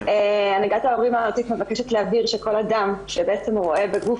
הנהגת ההורים הארצית מבקשת להבהיר שכל אדם שרואה בגוף